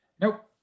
Nope